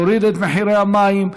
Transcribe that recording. להוריד את מחירי המים,